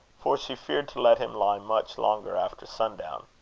for she feared to let him lie much longer after sundown.